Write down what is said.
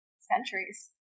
centuries